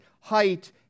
height